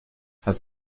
hast